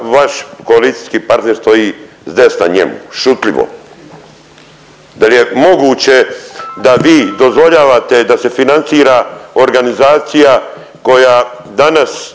vaš koalicijski partner stoji s desna njemu šutljivo. Da li je moguće da vi dozvoljavate da se financira organizacija koja danas